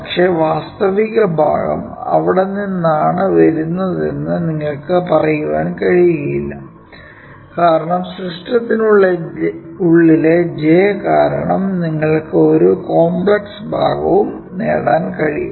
പക്ഷേ വാസ്തവിക ഭാഗം അവിടെ നിന്നാണ് വരുന്നതെന്ന് നിങ്ങൾക്ക് പറയാൻ കഴിയില്ല കാരണം സിസ്റ്റത്തിനുള്ളിലെ j കാരണം നിങ്ങൾക്ക് ഒരു കോംപ്ലക്സ് ഭാഗവും നേടാനും കഴിയും